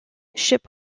ship